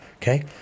Okay